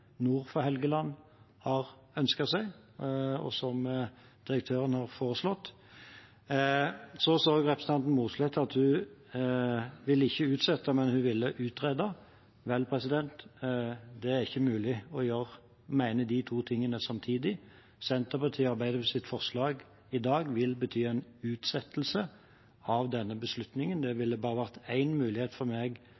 nord for Helgeland har ønsket seg, og som direktøren har foreslått. Representanten Mossleth sa også at hun ikke ville utsette, men hun ville utrede. Vel, det er ikke mulig ikke å gjøre de to tingene samtidig. Senterpartiet og Arbeiderpartiets forslag i dag ville bety en utsettelse av denne beslutningen. Det